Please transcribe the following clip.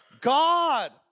God